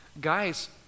Guys